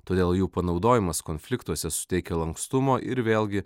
todėl jų panaudojimas konfliktuose suteikia lankstumo ir vėlgi